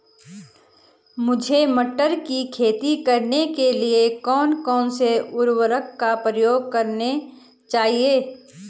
मुझे मटर की खेती करने के लिए कौन कौन से उर्वरक का प्रयोग करने चाहिए?